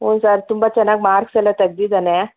ಹ್ಞೂ ಸರ್ ತುಂಬ ಚೆನ್ನಾಗಿ ಮಾರ್ಕ್ಸ್ ಎಲ್ಲ ತೆಗೆದಿದ್ದಾನೆ